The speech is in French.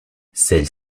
celles